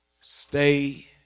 stay